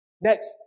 Next